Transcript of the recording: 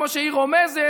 כמו שהיא רומזת,